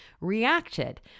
reacted